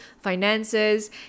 finances